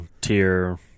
tier